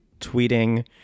tweeting